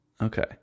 okay